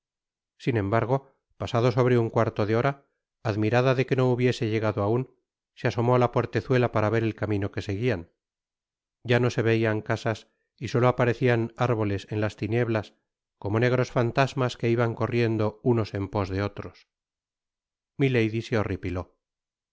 sin embargo pasado sobre un cuarto de hora admirada de que no hubiese llegado aun se asomó á la portezuela para ver el camino que seguian ya no se veian casas y solo aparecian árbotes en las tinieblas como negros fantasmas que iban corriendo unos en pos de otros milady se horripiló